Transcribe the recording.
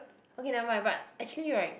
okay never mind but actually [right]